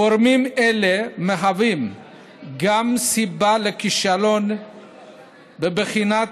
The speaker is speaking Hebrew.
גורמים אלה מהווים גם סיבה לכישלון בבחינה,